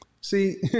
See